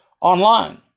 online